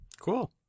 cool